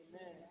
Amen